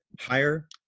higher